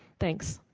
thanks.